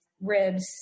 ribs